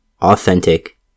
authentic